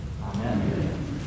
Amen